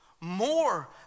more